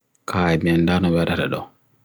Ko hite so njangudo e soop wi'ete?